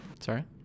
Sorry